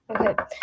Okay